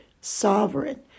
sovereign